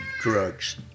drugs